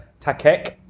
Takek